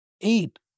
eight